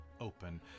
open